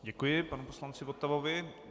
Děkuji panu poslanci Votavovi.